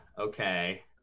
okay